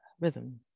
rhythm